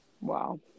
wow